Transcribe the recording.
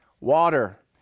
Water